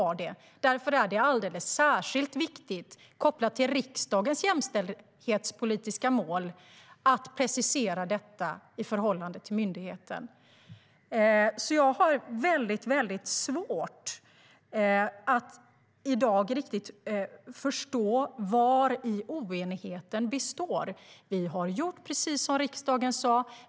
Därför är det alldeles särskilt viktigt, kopplat till riksdagens jämställdhetspolitiska mål, att precisera detta i förhållande till myndigheten. Jag har svårt att i dag riktigt förstå vari oenigheten består. Regeringen har gjort precis som riksdagen har sagt.